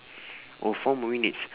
oh four minutes